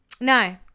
No